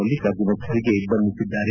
ಮಲ್ಲಿಕಾರ್ಜುನ ಖರ್ಗೆ ಬಣ್ಣಿಸಿದ್ದಾರೆ